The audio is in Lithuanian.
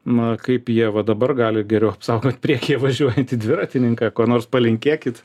na kaip jie va dabar gali geriau apsaugot priekyje važiuojantį dviratininką ko nors palinkėkit